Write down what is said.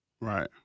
Right